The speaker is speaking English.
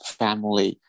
family